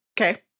okay